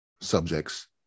subjects